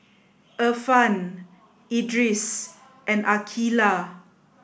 Irfan Idris and Aqeelah